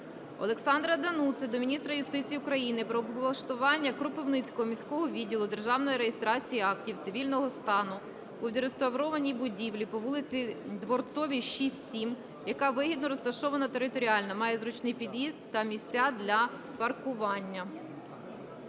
Олександра Дануци до міністра юстиції України про облаштування Кропивницького міського відділу державної реєстрації актів цивільного стану у відреставрованій будівлі по вулиці Дворцовій, 6/7, яка вигідно розташована територіально, має зручний під'їзд та місця для паркування.